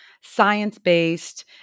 science-based